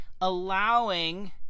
allowing